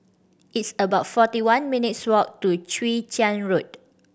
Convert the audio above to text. it's about forty one minutes' walk to Chwee Chian Road